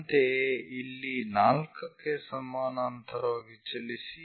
ಅಂತೆಯೇ ಇಲ್ಲಿ 4 ಕ್ಕೆ ಸಮಾನಾಂತರವಾಗಿ ಚಲಿಸಿ